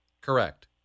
Correct